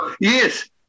Yes